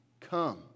Come